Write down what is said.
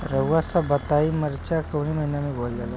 रउआ सभ बताई मरचा कवने महीना में बोवल जाला?